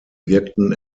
wirkten